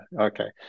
Okay